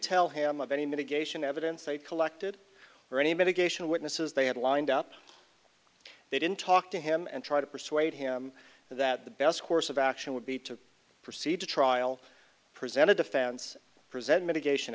tell him of any mitigation evidence they collected or any mitigation witnesses they had lined up they didn't talk to him and try to persuade him that the best course of action would be to proceed to trial present a defense present mitigation